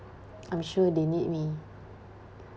I'm sure they need me